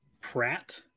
Pratt